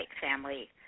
family